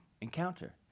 encounter